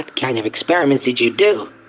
kind of experiments did you do!